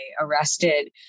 arrested